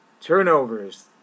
Turnovers